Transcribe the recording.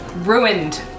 Ruined